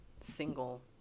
single